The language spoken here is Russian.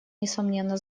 несомненно